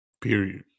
Period